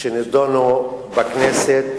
שנדונו בכנסת,